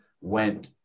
went